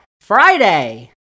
Friday